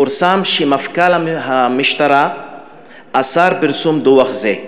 פורסם שמפכ"ל המשטרה אסר פרסום דוח זה.